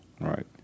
Right